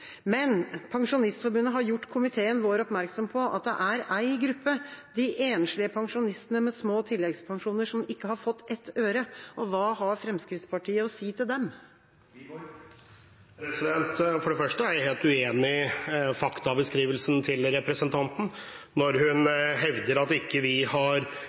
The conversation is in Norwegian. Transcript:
Men Pensjonistforbundet har gjort komiteen oppmerksom på at det er en gruppe, de enslige pensjonistene med små tilleggspensjoner, som ikke har fått ett øre. Hva har Fremskrittspartiet å si til dem? For det første er jeg helt uenig i faktabeskrivelsen til representanten når hun hevder at ikke vi har